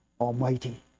Almighty